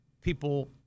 people